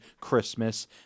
Christmas